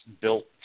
built